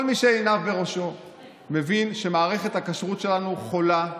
כל מי שעיניו בראשו מבין שמערכת הכשרות שלנו חולה,